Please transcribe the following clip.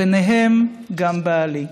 ובהם גם בעלי.